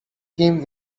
came